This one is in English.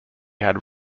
had